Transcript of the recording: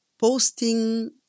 posting